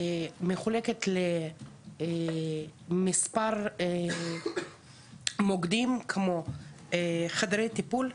מחולקת למספר מוקדים כמו חדרי טיפול,